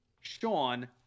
Sean